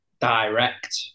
direct